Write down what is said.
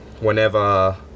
whenever